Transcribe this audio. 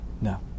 No